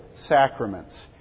sacraments